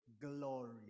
glory